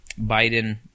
Biden